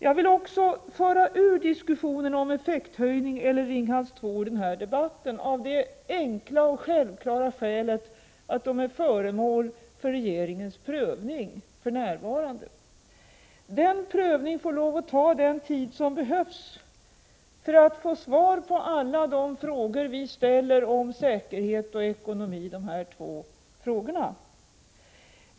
Jag vill också föra ur den här debatten diskussionen om en effekthöjning eller Ringhals 2 av det enkla och självklara skälet att den frågan är föremål för regeringens prövning för närvarande. Den prövningen får lov att ta den tid som behövs för att få svar på alla de frågor vi ställer om säkerhet och ekonomi i dessa två alternativ.